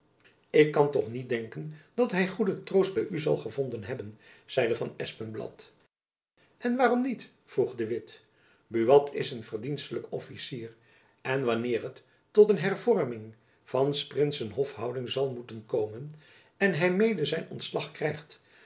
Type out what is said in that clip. ik kan toch niet denken dat hy goeden troost by u zal gevonden hebben zeide van espenblad en waarom niet vroeg de witt buat is een verdienstelijk officier en wanneer het tot een hervorming van s prinsen hofhouding zal moeten komen en hy mede zijn ontslag krijgt